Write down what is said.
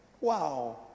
Wow